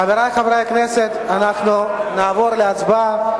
חברי חברי הכנסת, אנחנו נעבור להצבעה.